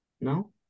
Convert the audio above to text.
No